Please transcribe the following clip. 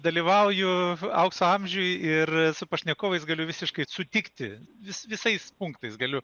dalyvauju aukso amžiuj ir su pašnekovais galiu visiškai sutikti vis visais punktais galiu